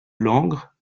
langres